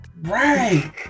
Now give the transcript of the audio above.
Right